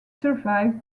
survived